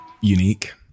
unique